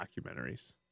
documentaries